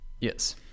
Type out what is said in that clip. Yes